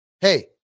Hey